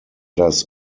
das